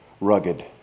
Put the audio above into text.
rugged